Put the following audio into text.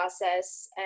process